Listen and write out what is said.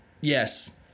Yes